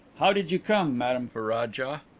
how did you come, madame ferraja?